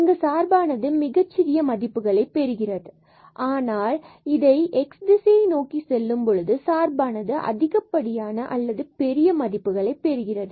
இங்கு சார்பானது மிகச்சிறிய மதிப்புகளை பெறுகிறது ஆனால் நாம் இதை x திசையை நோக்கி செல்லும் பொழுது சார்பானது அதிகப்படியான அல்லது பெரிய மதிப்புகளை பெறுகிறது